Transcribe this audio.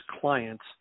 clients